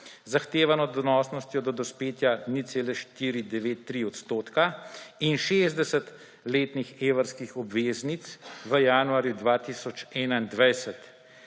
zahtevano donosnostjo do dospetja 0,493 odstotka in 60-letnih evrskih obveznic v januarju 2021.